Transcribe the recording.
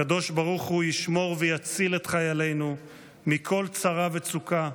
הקדוש ברוך הוא ישמור ויציל את חיילינו מכל צרה וצוקה,